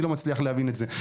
אני לא מצליח להבין את זה.